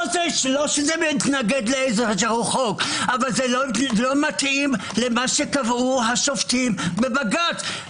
זה לא נוגד חוק אבל זה לא מתאים למה שקבעו השופטים בבג"ץ.